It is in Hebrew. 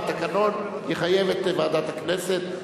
והתקנון יחייב את ועדת הכנסת.